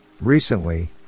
Recently